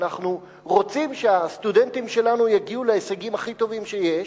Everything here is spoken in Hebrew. ואנחנו רוצים שהסטודנטים שלנו יגיעו להישגים הכי טובים שיש,